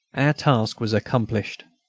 our task was accomplished.